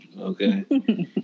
okay